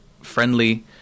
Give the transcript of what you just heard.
friendly